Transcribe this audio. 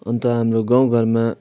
अन्त हाम्रो गाउँ घरमा